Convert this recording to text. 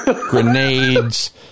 grenades